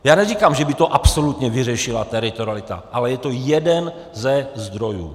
Neříkám, že by to absolutně vyřešila teritorialita, ale je to jeden ze zdrojů.